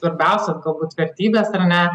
svarbiausia galbūt vertybės ar ne